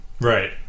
Right